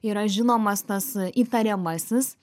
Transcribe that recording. yra žinomas tas įtariamasis